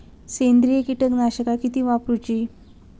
सेंद्रिय कीटकनाशका किती वापरूची?